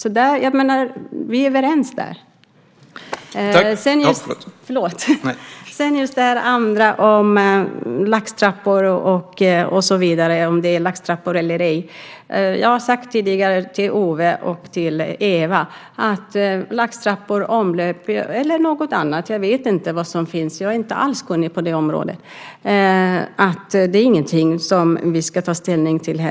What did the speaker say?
Där är vi överens. Om det ska finnas laxtrappor, omlöp eller något annat kan jag, som jag redan sagt till Owe och Ewa, inte avgöra. Jag vet inte vad som finns. Jag är inte alls kunnig på det området. Det är heller ingenting som vi i riksdagen ska ta ställning till.